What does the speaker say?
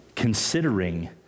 considering